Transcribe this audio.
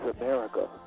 America